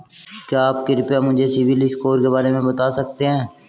क्या आप कृपया मुझे सिबिल स्कोर के बारे में बता सकते हैं?